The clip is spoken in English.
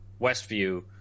Westview